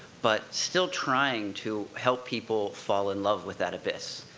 but still trying to help people fall in love with that abyss.